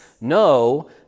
no